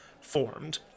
formed